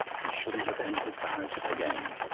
he shouldn't have entered the house again.